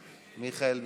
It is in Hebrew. סליחה, מיכאל ביטון?